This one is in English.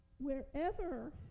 Wherever